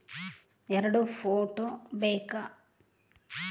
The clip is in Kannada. ಎರಡು ಫೋಟೋ ಬೇಕಾ?